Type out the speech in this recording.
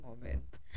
moment